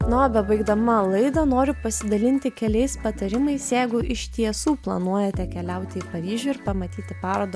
na o bebaigdama laidą noriu pasidalinti keliais patarimais jeigu iš tiesų planuojate keliauti į paryžių ir pamatyti parodą